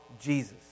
Jesus